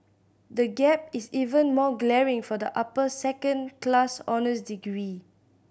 the gap is even more glaring for the upper second class honours degree